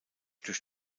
durch